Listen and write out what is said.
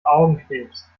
augenkrebs